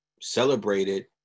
celebrated